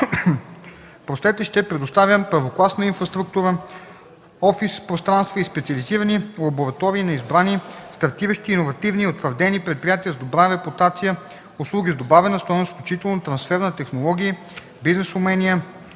Парк” ще предоставя първокласна инфраструктура, офис пространства и специализирани лаборатории на избрани и стартиращи, иновативни и утвърдени предприятия с добра репутация; услуги с добавена стойност, включително трансфер на технологии, бизнес умения,